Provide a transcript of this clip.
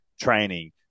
training